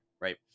right